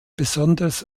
besonders